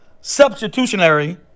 substitutionary